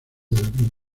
del